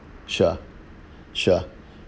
sure sure